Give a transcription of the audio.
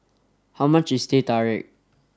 how much is Teh Tarik